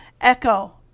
Echo